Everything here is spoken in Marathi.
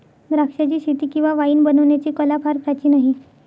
द्राक्षाचीशेती किंवा वाईन बनवण्याची कला फार प्राचीन आहे